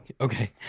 Okay